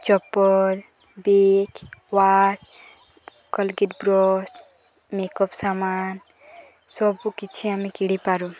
ଚପଲ bag watch Colgate brush makeup ସାମାନ ସବୁ କିଛି ଆମେ କିଣି ପାରୁ